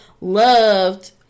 loved